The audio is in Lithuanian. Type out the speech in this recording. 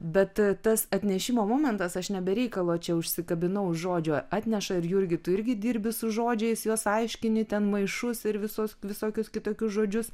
bet tas atnešimo momentas aš ne be reikalo čia užsikabinau už žodžio atneša ir jurgi tu irgi dirbi su žodžiais juos aiškini ten maišus ir visus visokius kitokius žodžius